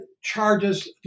charges